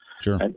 Sure